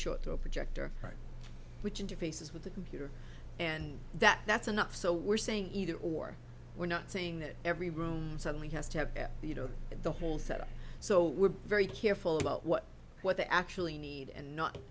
short to a projector right which interfaces with the computer and that that's enough so we're saying either or we're not saying that every room suddenly has to have you know the whole set up so we're very careful about what what they actually need and not